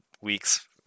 weeks